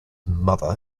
mother